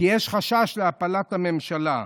כי יש חשש להפלת הממשלה.